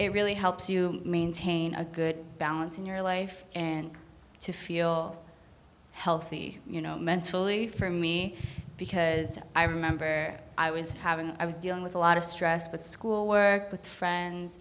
it really helps you maintain a good balance in your life and to feel healthy mentally for me because i remember i was having i was dealing with a lot of stress but schoolwork with friends